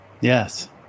Yes